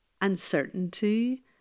uncertainty